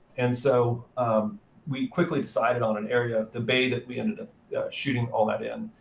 and so um we quickly decided on an area, the bay that we ended up shooting all that in.